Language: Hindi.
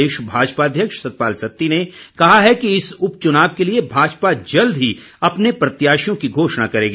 प्रदेश भाजपा अध्यक्ष सतपाल सत्ती ने कहा है कि इस उपचुनाव के लिए भाजपा जल्द ही अपने प्रत्याशियों की घोषणा करेगी